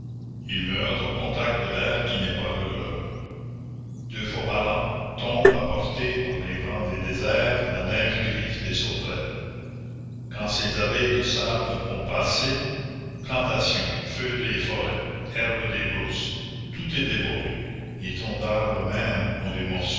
ils meurent au contact de l'air qui n'est pas le leur deux fois par an tombe apportée par les vents des déserts la neige grise des sauterelles quand ces abeilles des sables ont passé plantations feuilles des forêts herbe des brousses tout est dévoré les troncs d'arbres même ont des